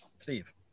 Steve